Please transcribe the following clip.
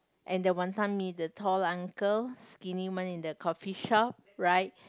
and the wanton-mee the tall uncle skinny one in the coffee shop right